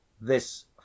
This